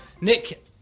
nick